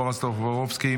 בועז טופורובסקי,